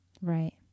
Right